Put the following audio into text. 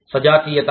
సజాతీయత